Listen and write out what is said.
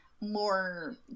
more